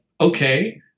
okay